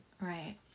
Right